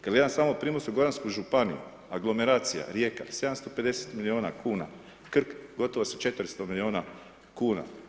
Kada gledam sama Primorsko-goransku županiju aglomeracija Rijeka 750 milijuna kuna, Krk gotovo sa 400 milijuna kuna.